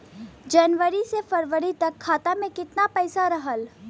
जनवरी से फरवरी तक खाता में कितना पईसा रहल?